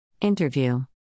Interview